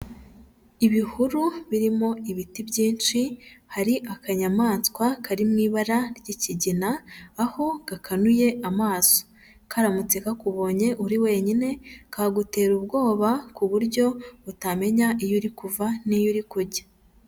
Ibihuru birimo ibiti byinshi, hari akanyamaswa kari mu ibara ry'ikigina, aho gakanuye amaso, karamutse kakubonye uri wenyine, kagutera ubwoba ku buryo utamenya iyo uri kuva n'iyo uri kujya.